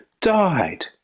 died